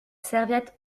serviette